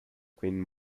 queen